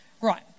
Right